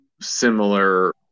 similar